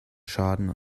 schaden